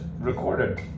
recorded